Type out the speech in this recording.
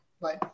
Bye